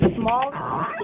small